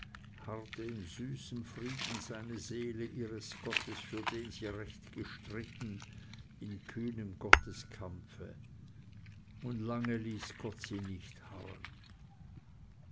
harrte in süßem frieden seine seele ihres gottes für den sie recht gestritten in kühnem gotteskampfe und lange ließ gott sie nicht harren